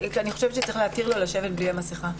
אני חושבת שצריך להתיר לו לשבת בלי המסכה.